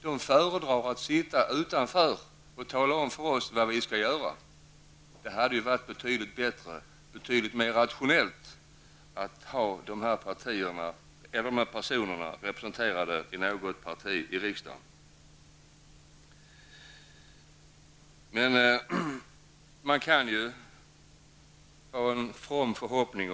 De föredrar att sitta utanför och tala om för oss vad vi skall göra. Det hade ju varit betydligt mer rationellt att ha dessa personer representerade i något parti i riksdagen. Men man kan ju hysa en from förhoppning.